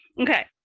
okay